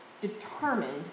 determined